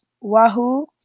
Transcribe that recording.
Wahoo